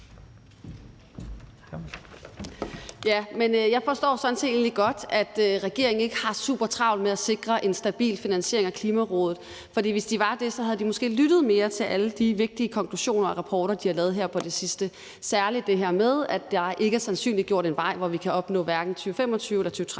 (ALT): Jeg forstår sådan set egentlig godt, at regeringen ikke har supertravlt med at sikre en stabil finansiering af Klimarådet, for hvis de havde det, havde de måske lyttet mere til alle de vigtige konklusioner og rapporter, Klimarådet har lavet her på det sidste, særlig det her med, at der ikke er sandsynliggjort en vej til, at vi kan opnå hverken 2025- eller